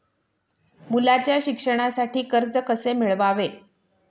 मुलाच्या शिक्षणासाठी कर्ज कसे मिळवावे?